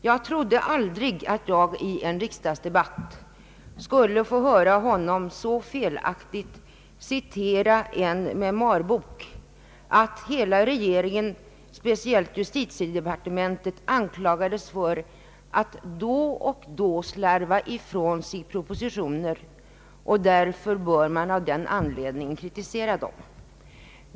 Jag trodde aldrig att jag i en riksdagsdebatt skulle behöva höra honom så felaktigt citera en memoarbok, nämligen så att hela regeringen — speciellt justitiedepartementet — anklagades för att då och då slarva ifrån sig propositioner och att man av den anledningen bör kritisera dem.